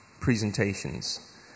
presentations